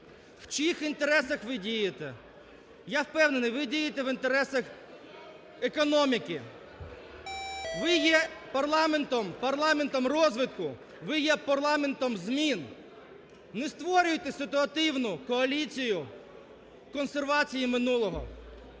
В чиїх інтересах ви дієте? Я впевнений, ви дієте в інтересах економіки. Ви є парламентом розвитку, ви є парламентом змін, не створюйте ситуативну коаліцію консервації минулого.